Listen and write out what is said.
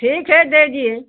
ठीक है दे दिए